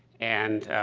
and,